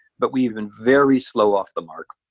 but we've been very slow off the mark.